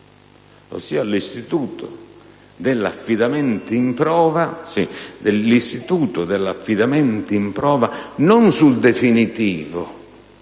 bassa, l'istituto dell'affidamento in prova, non sul giudizio